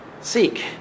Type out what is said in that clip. seek